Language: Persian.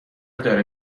داره